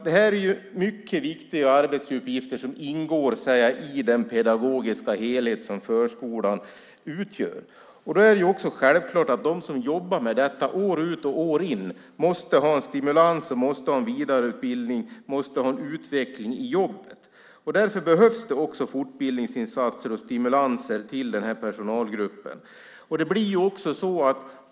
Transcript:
Det är mycket viktiga arbetsuppgifter som ingår i den pedagogiska helhet som förskolan utgör. Då är det också självklart att de som jobbar med detta år ut och år in måste ha en stimulans, en vidareutbildning och en utveckling i jobbet. Därför behövs fortbildningsinsatser och stimulanser till den här personalgruppen.